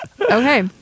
okay